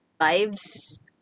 lives